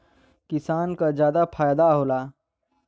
किसान क जादा फायदा होला